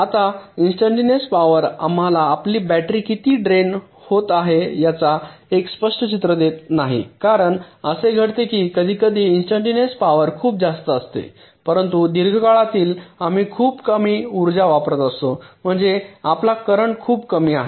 आता instantaneous power आम्हाला आपली बॅटरी किती ड्रेन होत आहे याचा एक स्पष्ट चित्र देत नाही कारण असे घडते की कधीकधी इन्स्टंटनेअस पॉवर खूप जास्त असते परंतु दीर्घ कालावधीत आम्ही खूप कमी उर्जा वापरत असतो म्हणजे आपला करेन्ट खूप कमी आहे